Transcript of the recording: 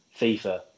FIFA